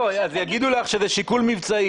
לא, אז יגידו לך שזה שיקול מבצעי.